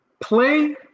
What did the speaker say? play